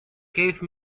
gave